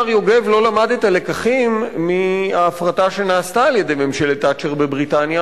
מר יוגב לא למד את הלקחים מההפרטה שנעשתה על-ידי ממשלת תאצ'ר בבריטניה,